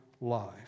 life